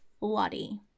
Lottie